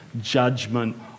judgment